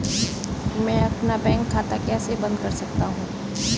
मैं अपना बैंक खाता कैसे बंद कर सकता हूँ?